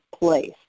place